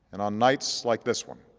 and on nights like this one,